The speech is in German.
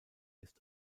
ist